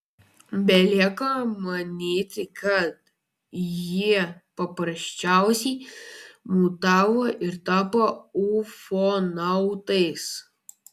belieka manyti kad jie paprasčiausiai mutavo ir tapo ufonautais